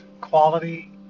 Quality